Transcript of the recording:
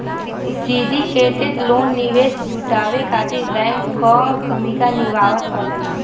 syndicated loan निवेश जुटावे खातिर बैंक कअ भूमिका निभावत हवे